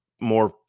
more